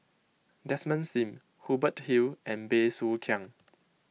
Desmond Sim Hubert Hill and Bey Soo Khiang